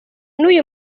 n’uyu